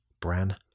Bran